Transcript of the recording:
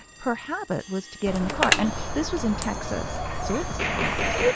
her habit was to get in the car and this was in texas, so it was hot.